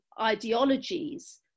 ideologies